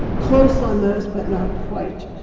close on those but not quite.